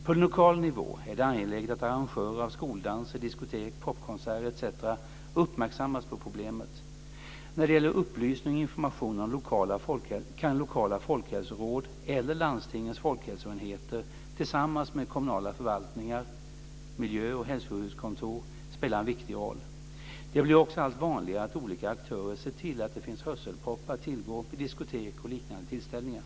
På lokal nivå är det angeläget att arrangörer av skoldanser, diskotek, popkonserter etc. uppmärksammas på problemet. När det gäller upplysning och information kan lokala folkhälsoråd eller landstingens folkhälsoenheter tillsammans med kommunala förvaltningar - miljö och hälsoskyddskontor - spela en viktig roll. Det blir också allt vanligare att olika aktörer ser till att det finns hörselproppar att tillgå vid diskotek och liknande tillställningar.